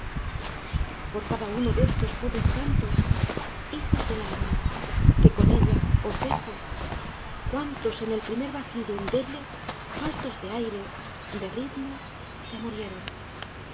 por cada uno de estos pobres cantos hijos del alma que con ella os dejo icuántos en el primer vagido endeble faltos de aire de ritmo se murieron